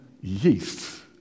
yeast